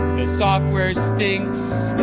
the software stinks.